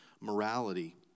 morality